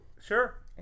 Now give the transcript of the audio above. Sure